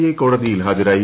A കോടതിയിൽ ഹാജരായി